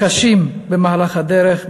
קשים במהלך בדרך,